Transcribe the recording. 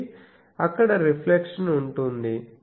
కాబట్టి అక్కడ రిఫ్లెక్షన్ ఉంటుంది